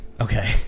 Okay